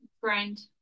friend